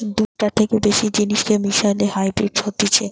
দুটার থেকে বেশি জিনিসকে মিশালে হাইব্রিড হতিছে